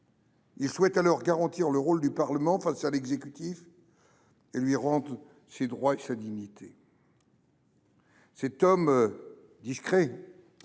Il souhaite alors garantir le rôle du Parlement face à l’exécutif et lui rendre « ses droits et sa dignité ». Cet homme discret